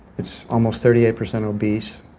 it's almost thirty eight percent obese.